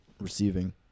receiving